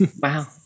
Wow